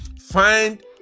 Find